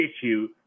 issue